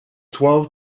twelve